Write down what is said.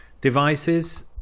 devices